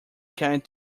kind